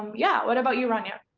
yeah what about you rania?